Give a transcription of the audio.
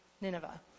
Nineveh